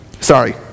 Sorry